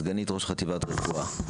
סגנית ראש חטיבת רפואה,